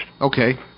Okay